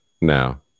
now